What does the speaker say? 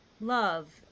love